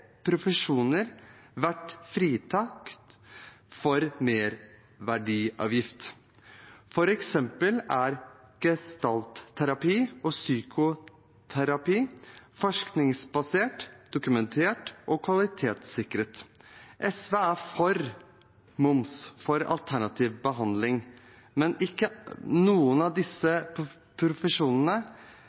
profesjoner vært fritatt for merverdiavgift. For eksempel er gestaltterapi og psykoterapi forskningsbasert, dokumentert og kvalitetssikret. SV er for moms for alternativ behandling, men noen av disse profesjonene